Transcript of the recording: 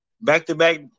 back-to-back